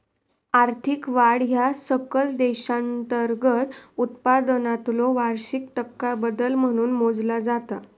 आर्थिक वाढ ह्या सकल देशांतर्गत उत्पादनातलो वार्षिक टक्का बदल म्हणून मोजला जाता